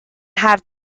have